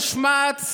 מושמץ,